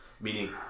meaning